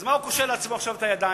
מה הוא קושר לעצמו עכשיו את הידיים,